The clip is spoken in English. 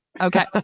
Okay